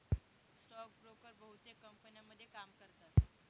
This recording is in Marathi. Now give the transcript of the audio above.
स्टॉक ब्रोकर बहुतेक कंपन्यांमध्ये काम करतात